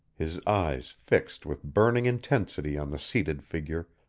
his eyes fixed with burning intensity on the seated figure,